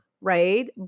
right